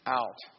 out